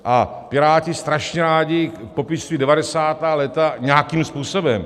A Piráti strašně rádi popisují devadesátá léta nějakým způsobem.